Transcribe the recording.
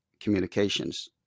communications